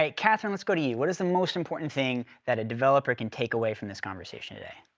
like catherine, let's go to you. what is the most important thing that a developer can take away from this conversation today?